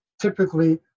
typically